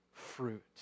fruit